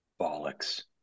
Bollocks